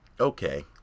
Okay